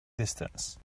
distance